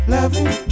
Loving